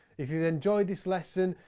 if you've enjoyed this lesson,